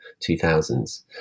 2000s